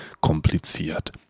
kompliziert